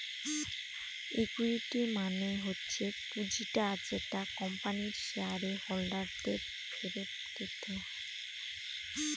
equity মানে হচ্ছে পুঁজিটা যেটা কোম্পানির শেয়ার হোল্ডার দের ফেরত দিতে হয়